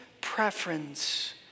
preference